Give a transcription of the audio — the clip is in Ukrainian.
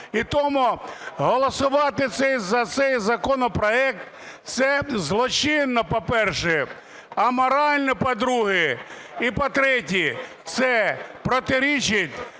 І тому голосувати за цей законопроект – це злочинно, по-перше, аморально, по-друге, і, по-третє, це протирічить